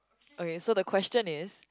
okay so the question is